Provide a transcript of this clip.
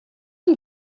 him